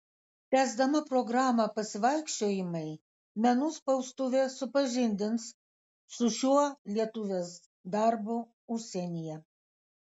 tęsdama programą pasivaikščiojimai menų spaustuvė supažindins su šiuo lietuvės darbu užsienyje